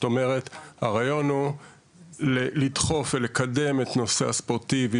הרעיון הוא לדחוף ולקדם את הנושא הספורטיבי,